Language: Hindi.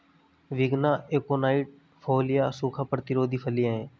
विग्ना एकोनाइट फोलिया सूखा प्रतिरोधी फलियां हैं